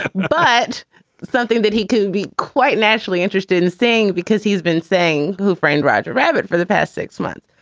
but something that he couldn't be quite naturally interested in seeing because he's been saying who framed roger rabbit for the past six months.